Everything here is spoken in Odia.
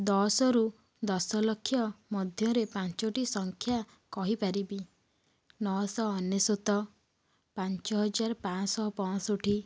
ଦଶରୁ ଦଶ ଲକ୍ଷ ମଧ୍ୟରେ ପାଞ୍ଚଟି ସଂଖ୍ୟା କହିପାରିବି ନଅଶହ ଅନେଶତ ପାଞ୍ଚ ହଜାର ପାଞ୍ଚ ଶହ ପଞ୍ଚଷଠି